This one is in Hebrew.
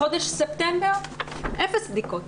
חודש ספטמבר אפס בדיקות.